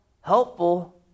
helpful